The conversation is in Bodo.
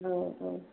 औ औ